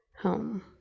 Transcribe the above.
home